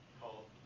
called